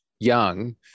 young